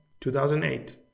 2008